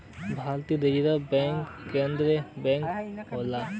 भारतीय reserve bank केन्द्रीय bank होला